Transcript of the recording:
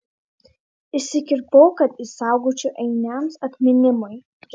išsikirpau kad išsaugočiau ainiams atminimui